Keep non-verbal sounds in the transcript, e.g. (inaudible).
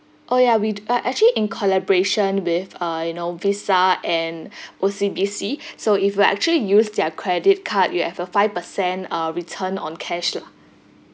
oh yeah we d~ uh actually in collaboration with uh you know visa and (breath) O_C_B_C (breath) so if you actually use their credit card you have a five percent uh return on cash lah